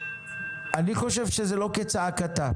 אני חושב שזה לא כצעקתה.